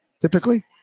typically